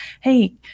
hey